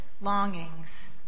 longings